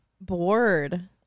bored